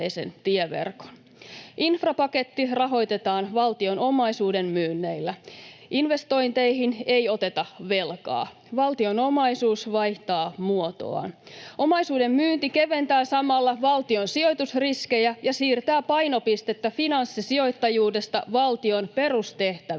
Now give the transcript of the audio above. Infrapaketti rahoitetaan valtion omaisuuden myynneillä. Investointeihin ei oteta velkaa. Valtion omaisuus vaihtaa muotoaan. Omaisuuden myynti keventää samalla valtion sijoitusriskejä ja siirtää painopistettä finanssisijoittajuudesta valtion perustehtäviin